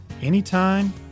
Anytime